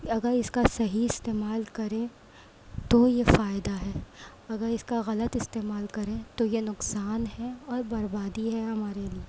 اگر اس کا صحیح استعمال کریں تو یہ فائدہ ہے اگر اس کا غلط استعمال کریں تو یہ نقصان ہے اور بربادی ہے ہمارے لئے